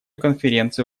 конференция